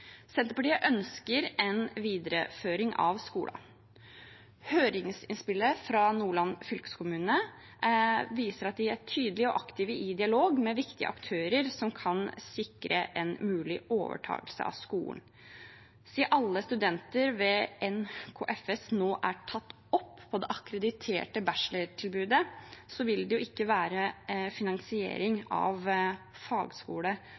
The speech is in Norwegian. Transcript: Senterpartiet ønsker en videreføring av skolen. Høringsinnspillet fra Nordland fylkeskommune viser at de er tydelige og aktive i dialog med viktige aktører som kan sikre en mulig overtagelse av skolen. Siden alle studenter ved NKFS nå er tatt opp på det akkrediterte bachelortilbudet, vil det ikke være finansiering av fagskole